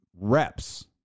reps